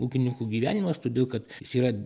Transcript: ūkininkų gyvenimas todėl kad jis yra